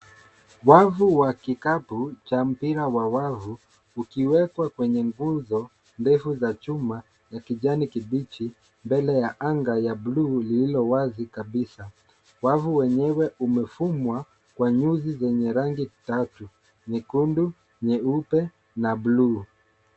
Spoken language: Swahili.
Wavu wa kikapu cha mpira wa wavu ukiwekwa kwenye nguzo ndefu za chuma ya kijani kibichi mbele ya anga ya bluu liliyo wazi kabisa. Wavu wenyewe umefungwa kwa nyuzi za rangi tatu : nyekundu, nyeupe na bluu.